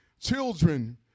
Children